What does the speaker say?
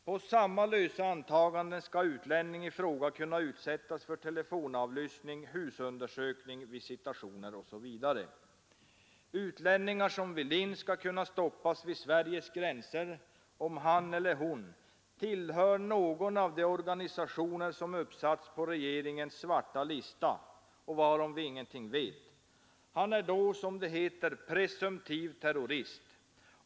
På samma lösa antaganden skall utlänningen i fråga kunna utsättas för telefonavlyssning, husundersökning, visitationer osv. Utlänningar som vill in i landet skall kunna stoppas vid Sveriges gränser om han eller hon tillhör någon av de organisationer som uppsatts på regeringens svarta lista och varom vi ingenting vet. Han är då, som det heter, ”presumtiv terrorist”.